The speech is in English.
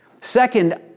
Second